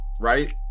right